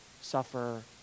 suffer